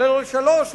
לא לשלוש,